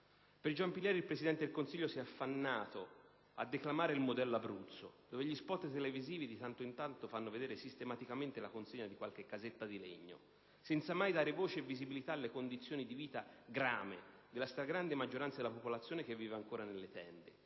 Per Giampilieri il Presidente del Consiglio si è affannato a declamare il modello Abruzzo, dove gli *spot* televisivi di tanto in tanto fanno vedere sistematicamente la consegna di qualche casetta di legno, senza mai dare voce e visibilità alle condizioni di vita grame della stragrande maggioranza della popolazione, che vive ancora nelle tende.